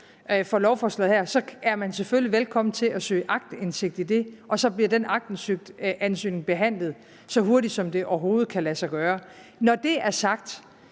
for lovforslaget her, så er man selvfølgelig velkommen til at søge aktindsigt i det, og så bliver den aktindsigtsansøgning behandlet så hurtigt, som det overhovedet kan lade sig gøre. Når det er sagt,